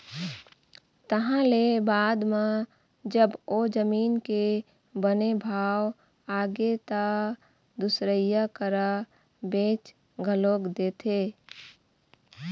तहाँ ले बाद म जब ओ जमीन के बने भाव आगे त दुसरइया करा बेच घलोक देथे